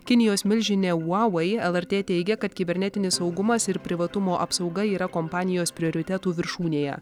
kinijos milžinė huawei lrt teigia kad kibernetinis saugumas ir privatumo apsauga yra kompanijos prioritetų viršūnėje